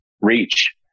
reach